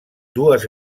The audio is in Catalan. dues